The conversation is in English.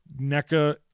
NECA